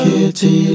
Kitty